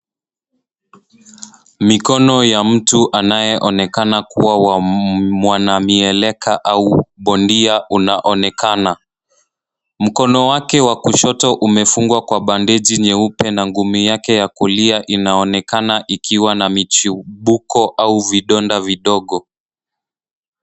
Mikono ya mtu anayeonekana kuwa wa mwanamieleka au bondia unaonekana. Mkono wake wa kushoto umefungwa kwa bandeji nyeupe na ngumi yake ya kulia inaonekana ikiwa na michubuko au vidonda vidogo.